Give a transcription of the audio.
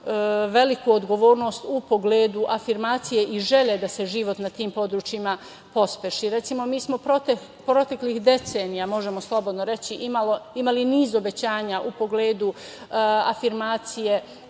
veliku odgovornost u pogledu afirmacije i želje da se život na tim područjima pospeši. Recimo, mi smo proteklih decenija, možemo slobodno reći imali niz obećanja u pogledu afirmacije